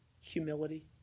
humility